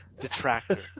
detractor